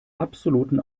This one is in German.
absoluten